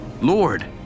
Lord